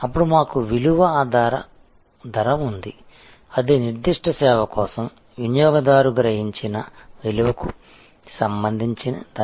అప్పుడు మాకు విలువ ఆధార ధర ఉంది అది నిర్దిష్ట సేవ కోసం వినియోగదారు గ్రహించిన విలువకు సంబంధించి ధర